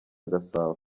gasabo